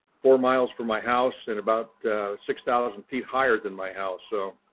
four miles from my house and about six thousand feet higher than my house. so